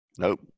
Nope